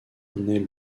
naît